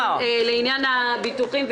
לעניין הביטוחים,